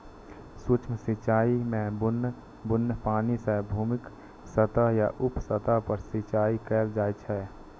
सूक्ष्म सिंचाइ मे बुन्न बुन्न पानि सं भूमिक सतह या उप सतह पर सिंचाइ कैल जाइ छै